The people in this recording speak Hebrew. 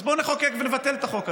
אז בואו נחוקק ונבטל את החוק הזה.